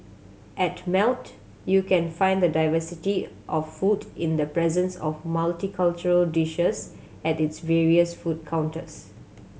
at Melt you can find the diversity of food in the presence of multicultural dishes at its various food counters